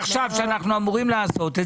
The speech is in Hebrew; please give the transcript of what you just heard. שאנחנו אמורים לעשות,